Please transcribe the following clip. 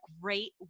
great